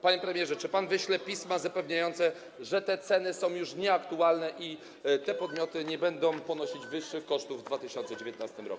Panie premierze, czy pan wyśle pisma zapewniające, że te ceny są już nieaktualne i że te podmioty nie będą ponosić wyższych kosztów w 2019 r.